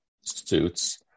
suits